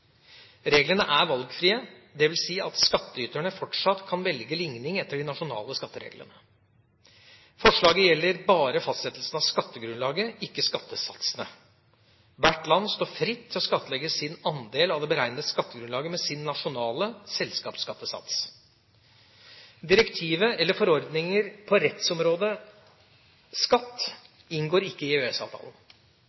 Reglene er valgfrie, dvs. at skattyterne fortsatt kan velge ligning etter de nasjonale skattereglene. Forslaget gjelder bare fastsettelsen av skattegrunnlaget, ikke skattesatsene. Hvert land står fritt til å skattlegge sin andel av det beregnede skattegrunnlaget med sin nasjonale selskapsskattesats. Direktiver eller forordninger på rettsområdet skatt